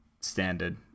standard